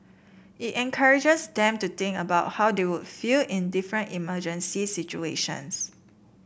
it encourages them to think about how they would feel in different emergency situations